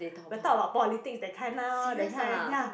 will talk about politics that kind lor that kind ya